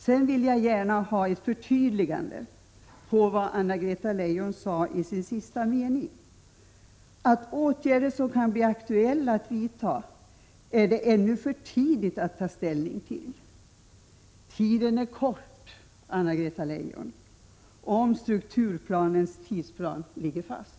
Sedan vill jag gärna ha ett förtydligande av den sista meningen i Anna-Greta Leijons svar: ”Vilka åtgärder som kan bli aktuella att vidta är det ännu för tidigt att ta ställning till.” Tiden är kort, Anna-Greta Leijon, om strukturplanens tidplan ligger fast.